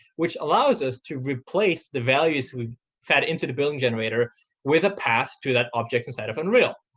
which allows us to replace the values we fed into the building generator with a path to that object inside of unreal.